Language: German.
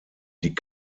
die